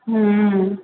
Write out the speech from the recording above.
हुँ